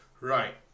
Right